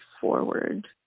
forward